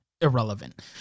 Irrelevant